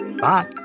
Bye